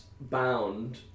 bound